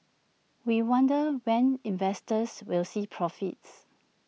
we wonder when investors will see profits